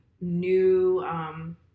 new